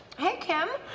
hey, kim.